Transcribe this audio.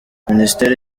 minisiteri